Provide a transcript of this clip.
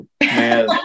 Man